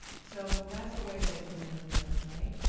so that's a way that it can interfere, right?